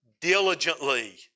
diligently